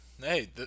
Hey